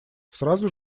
сразу